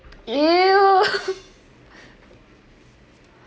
!eww!